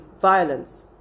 violence